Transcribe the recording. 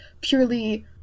purely